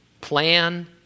Plan